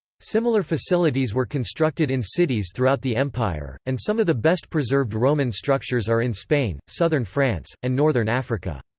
similar facilities were constructed in cities throughout the empire, and some of the best-preserved roman structures are in spain, southern france, and northern africa.